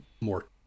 more